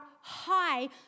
high